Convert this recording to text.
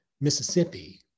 Mississippi